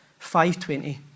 5.20